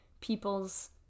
people's